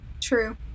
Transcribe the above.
True